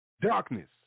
darkness